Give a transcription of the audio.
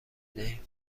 دهیم